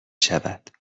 شود